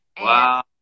Wow